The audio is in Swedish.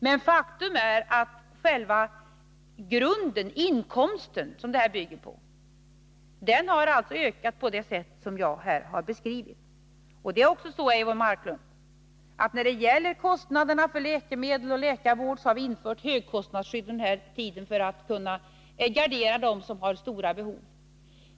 Men faktum är att själva grunden — inkomsten — har ökat på det sätt som jag här har beskrivit. Det är också så, Eivor Marklund, att vi under den här perioden har infört högkostnadsskydd när det gäller kostnader för läkemedel och läkarvård — för att gardera dem som har stora behov av vård och medicin.